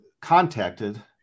contacted